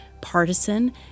partisan